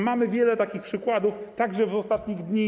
Mamy wiele takich przykładów, także z ostatnich dni.